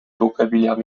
vocabulaire